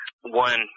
One